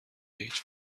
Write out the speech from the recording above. هیچ